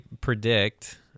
predict